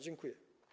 Dziękuję.